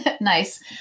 Nice